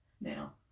Now